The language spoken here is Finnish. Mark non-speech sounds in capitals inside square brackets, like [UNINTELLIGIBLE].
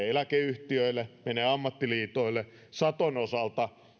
[UNINTELLIGIBLE] eläkeyhtiöille ammattiliitoille saton osalta